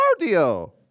cardio